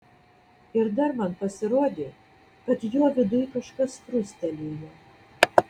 ir dar man pasirodė kad jo viduj kažkas krustelėjo